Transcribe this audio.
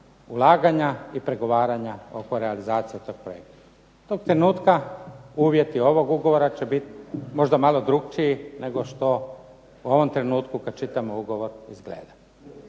ulaganja i pregovaranja oko realizacije tog projekta. Tog trenutka uvjeti ovog ugovora će biti možda malo drukčiji nego što u ovom trenutku kad čitamo ugovor izgleda.